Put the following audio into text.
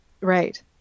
Right